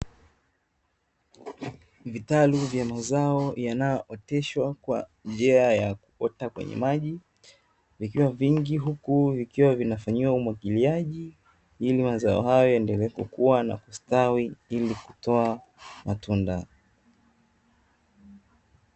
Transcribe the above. Vitalu vya mazao yanayooteshwa kwa njia ya kuota kwenye maji, vikiwa vingi huku vikiwa vinafanyiwa umwagiliaji ili mazao hayo yaendelee kukua na kustawi ili kutoa matunda.